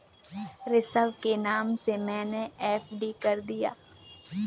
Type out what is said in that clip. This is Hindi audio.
ऋषभ के नाम से मैने एफ.डी कर दिया है